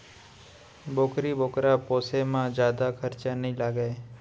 बोकरी बोकरा पोसे म जादा खरचा नइ लागय